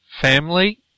family